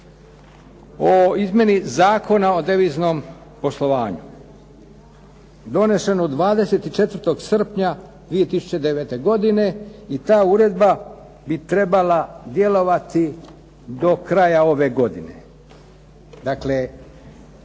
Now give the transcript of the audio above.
o izmjeni Zakona o deviznom poslovanju. Donesenu 24. srpnja 2009. godine i ta uredba bi trebala djelovati do kraja ove godine. Dakle,